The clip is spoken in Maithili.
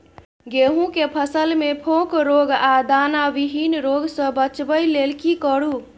गेहूं के फसल मे फोक रोग आ दाना विहीन रोग सॅ बचबय लेल की करू?